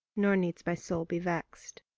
nor needs my soul be vexed.